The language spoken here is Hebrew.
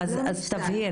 אז תבהירי.